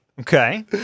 Okay